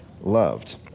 loved